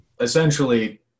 essentially